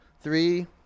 three